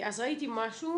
אז ראיתי משהו,